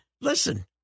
listen